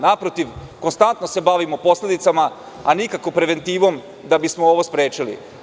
Naprotiv, konstantno se bavimo posledicama, a nikako preventivom, da bismo ovo sprečili.